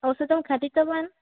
औषधं खादितवान्